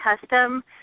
custom